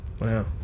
wow